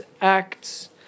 acts